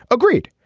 agreed